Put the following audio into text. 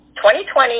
2020